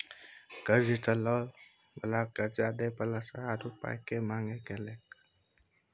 कर्जा लय बला कर्जा दय बला सँ आरो पाइ केर मांग केलकै